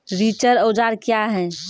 रिचर औजार क्या हैं?